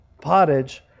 pottage